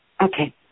Okay